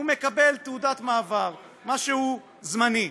הוא מקבל תעודת מעבר, משהו זמני,